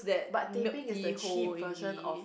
but teh peng is the cheap version of